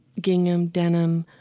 gingham, denim,